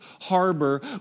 harbor